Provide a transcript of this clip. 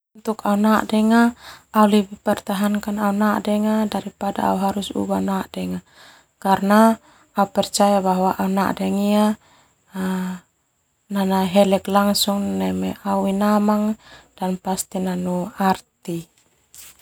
Au lebih pertahankan au nadena daripada au harus au ubah au nade karna au percaya bahwa.